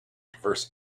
diverse